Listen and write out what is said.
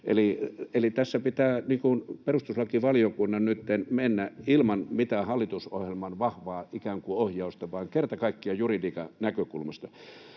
Eli tässä pitää perustuslakivaliokunnan nytten mennä ilman mitään hallitusohjelman vahvaa ikään kuin ohjausta ja kerta kaikkiaan juridiikan näkökulmasta.